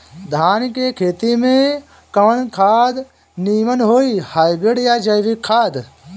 धान के खेती में कवन खाद नीमन होई हाइब्रिड या जैविक खाद?